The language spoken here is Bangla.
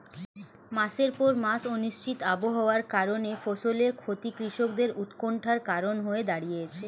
মাসের পর মাস অনিশ্চিত আবহাওয়ার কারণে ফসলের ক্ষতি কৃষকদের উৎকন্ঠার কারণ হয়ে দাঁড়িয়েছে